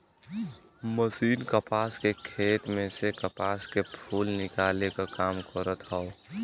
machine कपास के खेत में से कपास के फूल निकाले क काम करत हौ